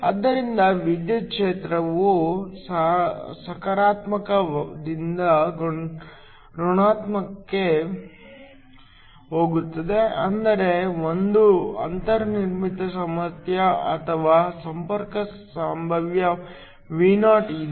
ಆದ್ದರಿಂದ ವಿದ್ಯುತ್ ಕ್ಷೇತ್ರವು ಸಕಾರಾತ್ಮಕದಿಂದ ಋಣಾತ್ಮಕಕ್ಕೆ ಹೋಗುತ್ತದೆ ಅಂದರೆ ಒಂದು ಅಂತರ್ನಿರ್ಮಿತ ಸಾಮರ್ಥ್ಯ ಅಥವಾ ಸಂಪರ್ಕ ಸಂಭಾವ್ಯ Vo ಇದೆ